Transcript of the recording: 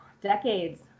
Decades